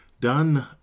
done